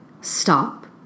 stop